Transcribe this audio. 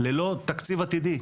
ללא תקציב עתידי.